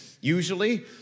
usually